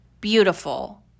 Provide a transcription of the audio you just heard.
beautiful